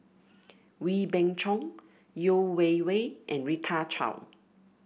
Wee Beng Chong Yeo Wei Wei and Rita Chao